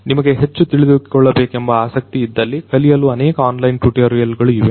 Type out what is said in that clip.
ನಿಮಗೆ ಹೆಚ್ಚು ತಿಳಿದುಕೊಳ್ಳಬೇಕೆಂಬ ಆಸಕ್ತಿಯಿದ್ದಲ್ಲಿ ಕಲಿಯಲು ಅನೇಕ ಆನ್ಲೈನ್ ಟುಟೋರಿಯಲ್ ಗಳು ಇವೆ